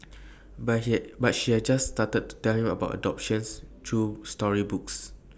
but she has just started to tell him about adoptions through storybooks